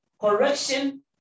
correction